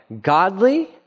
godly